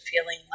feeling